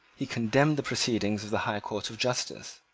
he condemned the proceedings of the high court of justice.